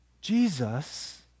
Jesus